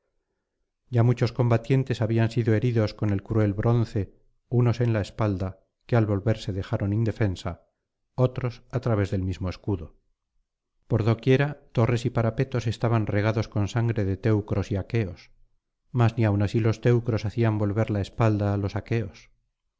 ya muchos combatientes habían sido heridos con el cruel bronce unos en la espalda que al volverse dejaron indefensa otros á través del mismo escudo por doquiera torres y parapetos estaban regados con sangre de teucros y aqueos mas ni aun así los teucros hacían volver la espalda á los aqueos